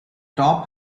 top